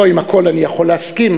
לא עם הכול אני יכול להסכים,